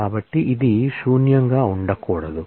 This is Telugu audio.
కాబట్టి ఇది శూన్యంగా ఉండకూడదు